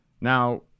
now